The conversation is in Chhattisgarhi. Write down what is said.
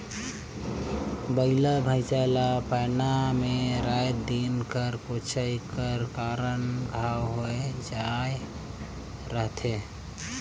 बइला भइसा ला पैना मे राएत दिन कर कोचई कर कारन घांव होए जाए रहथे